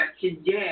today